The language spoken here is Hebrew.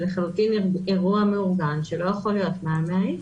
זה לחלוטין אירוע מאורגן שלא יכול להיות מעל 100 איש.